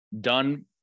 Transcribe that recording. done